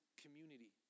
community